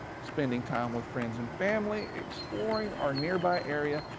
spending time with friends and family, exploring our nearby area,